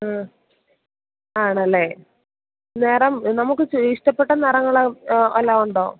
മ്മ് ആണല്ലേ മാഡം നമുക്ക് ഇഷ്ടപ്പെട്ട നിറങ്ങൾ വല്ലതും ഉണ്ടോ